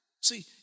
See